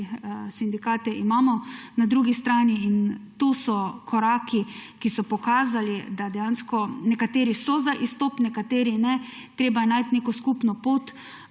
sindikate imamo na drugi strani in to so koraki – pokazali, da dejansko nekateri so za izstop, nekateri ne. Treba je najti neko skupno pot